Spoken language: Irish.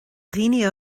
dhaoine